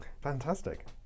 Fantastic